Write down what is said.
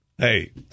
Hey